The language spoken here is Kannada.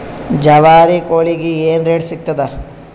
ಜವಾರಿ ಕೋಳಿಗಿ ಏನ್ ರೇಟ್ ಸಿಗ್ತದ?